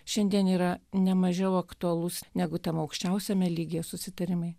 šiandien yra nemažiau aktualus negu tema aukščiausiame lygyje susitarimai